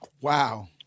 Wow